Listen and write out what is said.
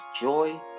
joy